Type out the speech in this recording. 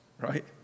right